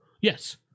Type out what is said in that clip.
Yes